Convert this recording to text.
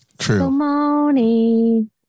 True